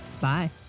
Bye